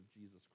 Jesus